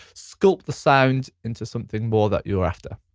sculpt the sounds into something more that you're after.